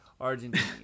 Argentina